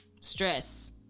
stress